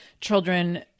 children